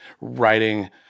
writing